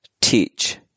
teach